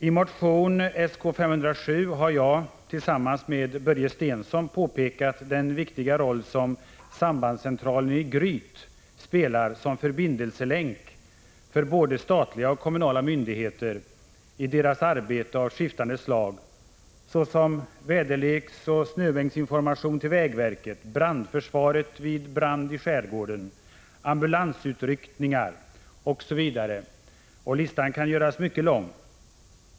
I motion Sk507 har jag tillsammans med Börje Stensson pekat på den viktiga roll som sambandscentralen i Gryt spelar som förbindelselänk för både statliga och kommunala myndigheter i deras arbete av skiftande slag såsom väderleksoch snömängdsinformation till vägverket, brandförsvaret vid brand i skärgården, ambulansutryckningar osv. Listan kan göras mycket lång.